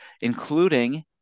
including